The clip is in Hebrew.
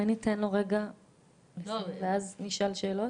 אולי ניתן לו רגע ואז נשאל שאלות?